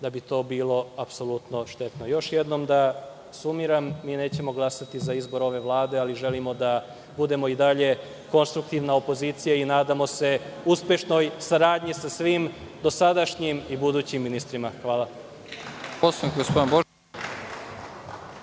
da bi to bilo apsolutno štetno. Još jednom da sumiram. Nećemo glasati za izbor ove vlade, ali želim da budemo i dalje konstruktivna opozicija. Nadamo se uspešnoj saradnji sa svim dosadašnjim i budućim ministrima. Hvala.